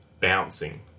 bouncing